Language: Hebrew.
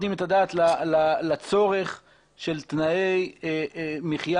ה שביקשתי שהייתה הגיונית היא מבקשת לקיים עוד דיון למחרת היום.